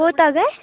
کوٗتاہ گژھِ